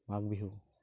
Magh Bihu